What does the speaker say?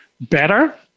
better